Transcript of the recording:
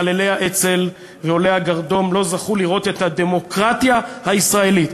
חללי האצ"ל ועולי הגרדום לא זכו לראות את הדמוקרטיה הישראלית.